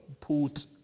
put